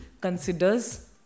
considers